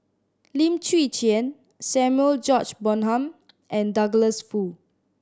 Lim Chwee Chian Samuel George Bonham and Douglas Foo